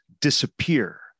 disappear